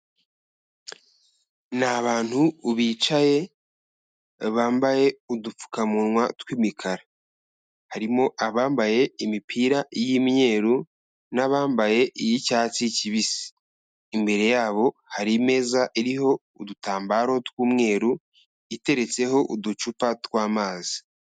Ni abantu bicaye bambaye udupfukamunwa tw'imikara. Harimo abambaye imipira y'imyeru n'abambaye iy'icyatsi kibisi, imbere yabo hari imeza iriho udutambaro tw'umweru iteretseho uducupa tw'amazi.